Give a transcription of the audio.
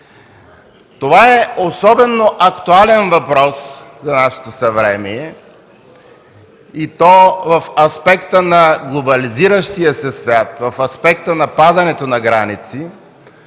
Това е особено актуален въпрос в нашето съвремие и то в аспекта на глобализиращия се свят, в аспекта на падането на граници.